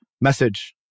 message